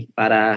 para